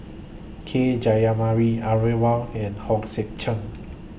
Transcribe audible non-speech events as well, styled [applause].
K Jayamani [unintelligible] and Hong Sek Chern